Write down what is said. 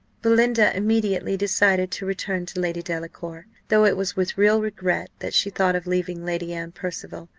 belinda immediately decided to return to lady delacour though it was with real regret that she thought of leaving lady anne percival,